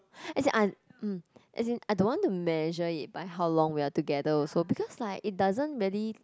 as in I mm as in I don't want to measure it by how long we are together also because like it doesn't really